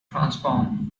transform